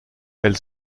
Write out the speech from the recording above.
elle